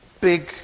big